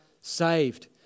saved